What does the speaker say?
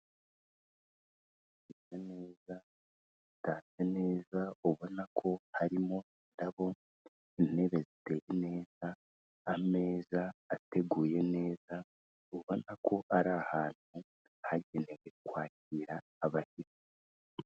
Ahantu hameze neza hatatse neza ubona ko harimo indabo, intebe zisa neza, ameza ateguye neza ubona ko ari ahantu hagenewe kwakira abashyitsi.